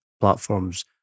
platforms